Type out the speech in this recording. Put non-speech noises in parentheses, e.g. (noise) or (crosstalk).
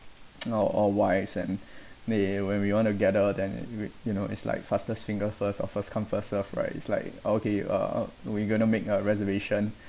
(noise) now or wives and they when we want to gather then it wait you know it's like fastest finger first or first come first serve right it's like oh okay you are out we're going to make a reservation